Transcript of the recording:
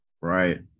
Right